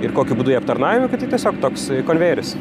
ir kokiu būdu į aptarnavimą nu tai tiesiog toks konvejeris